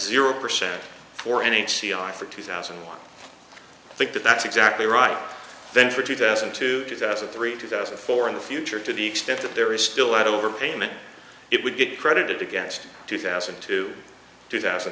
zero percent for any c i for two thousand and one think that that's exactly right then for two thousand to two thousand and three two thousand and four in the future to the extent that there is still that overpayment it would get credited against two thousand to two thousand